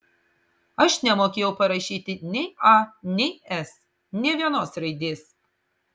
aš nemokėjau parašyti nei a nei s nė vienos raidės